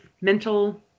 mental